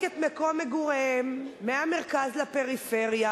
את מקום מגוריהם מהמרכז לפריפריה,